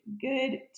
good